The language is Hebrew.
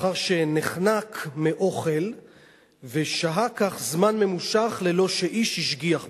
לאחר שנחנק מאוכל ושהה כך זמן ממושך ללא שאיש השגיח בו.